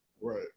right